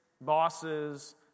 bosses